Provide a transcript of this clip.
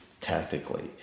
tactically